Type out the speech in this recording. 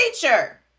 teacher